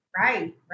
Right